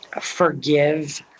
forgive